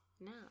No